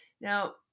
Now